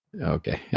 Okay